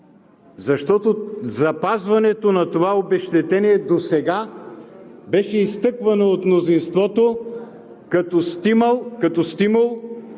защото запазването на това обезщетение досега беше изтъквано от мнозинството като стимул